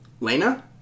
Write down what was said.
Lena